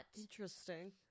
interesting